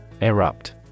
Erupt